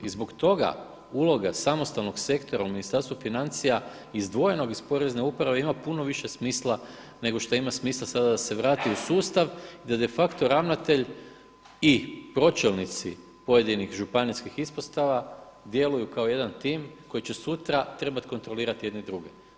I zbog toga uloga samostalnog sektora u Ministarstvu financija izdvojenog iz porezne uprave ima puno više smisla nego što ima smisla sada da se vrati u sustav gdje de facto ravnatelj i pročelnici pojedinih županijskih ispostava djeluju kao jedan tim koji će sutra treba kontrolirati jedni druge.